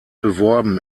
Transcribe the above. beworben